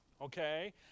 Okay